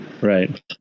right